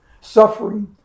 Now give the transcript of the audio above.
suffering